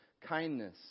Kindness